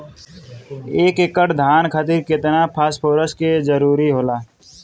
एक एकड़ धान खातीर केतना फास्फोरस के जरूरी होला?